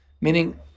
meaning